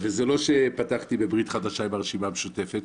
וזה לא שפתחתי בברית חדשה עם הרשימה המשותפת,